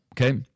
okay